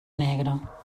negra